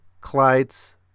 Clyde's